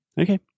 Okay